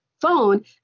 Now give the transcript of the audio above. phone